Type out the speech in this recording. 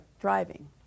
Driving